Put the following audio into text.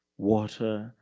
water,